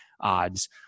odds